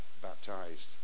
baptized